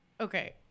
Okay